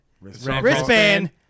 Wristband